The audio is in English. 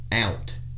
out